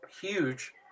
huge